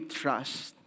trust